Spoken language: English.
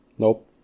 Nope